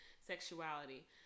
sexuality